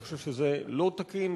אני חושב שזה לא תקין,